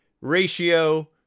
ratio